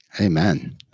Amen